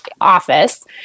office